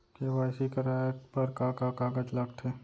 KYC कराये बर का का कागज लागथे?